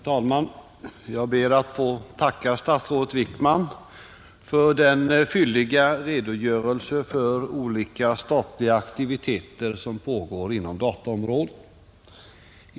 Herr talman! Jag ber att få tacka statsrådet Wickman för den fylliga redogörelsen om olika slag av statliga aktiviteter som pågår inom dataområdet.